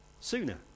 sooner